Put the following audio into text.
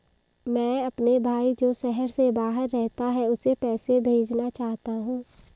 मैं अपने भाई जो शहर से बाहर रहता है, उसे पैसे भेजना चाहता हूँ